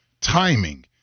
timing